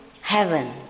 heaven